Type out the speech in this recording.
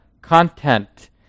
content